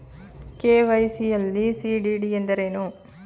KYC ಯಲ್ಲಿ CDD ಎಂದರೇನು?